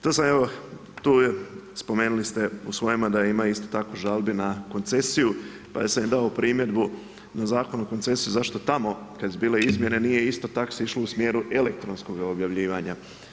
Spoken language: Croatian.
Tu sam evo, tu spomenuli ste u svojemu da ima isto tako žalbi na koncesiju pa sam im dao primjedbu na Zakon o koncesiji zašto tamo kada su bile izmjene nije isto tako se išlo u smjeru elektronskoga objavljivanja.